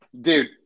Dude